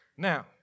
Now